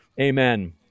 Amen